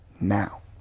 now